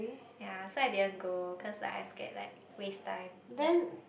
yea so I didn't go cause I scared like waste time like